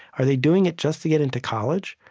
are they doing it just to get into college?